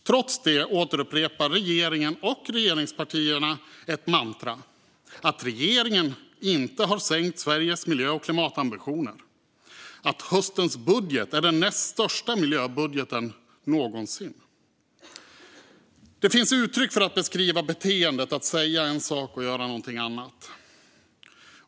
Trots det återupprepar regeringen och regeringspartierna ett mantra: Regeringen har inte sänkt Sveriges miljö och klimatambitioner, och höstens budget är den näst största miljöbudgeten någonsin. Det finns uttryck för att beskriva beteendet att säga en sak och göra någonting annat.